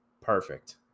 perfect